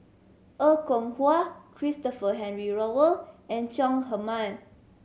Er Kwong Wah Christopher Henry Rothwell and Chong Heman